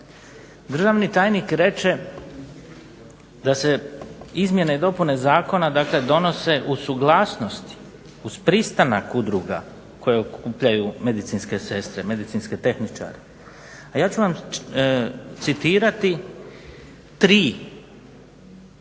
Državni tajnik reče da se izmjene i dopune zakona donose uz suglasnost, uz pristanak udruga koje okupljaju medicinske sestre, medicinske tehničare, a ja ću vam citirati tri poruke